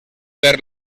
per